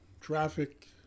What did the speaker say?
traffic